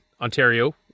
Ontario